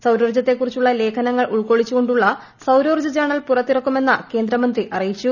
സൌരോർജത്തെക്കുറിച്ചുള്ള ലേഖനങ്ങൾ ഉൾക്കൊള്ളിച്ചു കൊണ്ടുള്ള സൌർജ ജേർണൽ പുറത്തിറക്കുമെന്ന് കേന്ദ്രമന്ത്രി അറിയിച്ചു